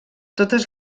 totes